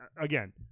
again